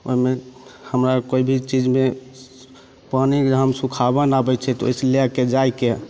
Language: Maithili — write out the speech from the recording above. ओइमे हमरा कोइ भी चीजमे पानि सुखाबन आबय छै तऽ ओइसँ लएके जाइके